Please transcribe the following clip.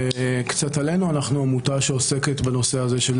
קצת עלינו אנחנו עמותה שעוסקת בנושא הזה של